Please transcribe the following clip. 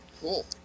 Cool